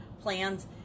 plans